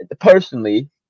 personally